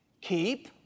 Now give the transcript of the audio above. Keep